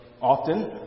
often